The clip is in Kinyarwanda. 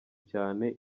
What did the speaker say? cyane